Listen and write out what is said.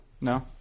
No